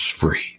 free